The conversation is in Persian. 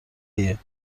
ایه